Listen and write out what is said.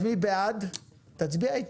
מי בעד אישור